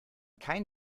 kein